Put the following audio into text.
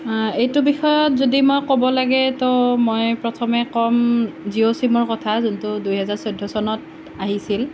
আ এইটো বিষয়ত যদি মই ক'ব লাগে তো মই প্ৰথমে ক'ম জিঅ' চিমৰ কথা যোনটো দুই হেজাৰ চৈধ্য চনত আহিছিল